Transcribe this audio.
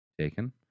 taken